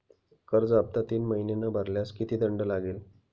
कर्ज हफ्ता तीन महिने न भरल्यास किती दंड लागेल?